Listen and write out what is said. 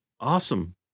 Awesome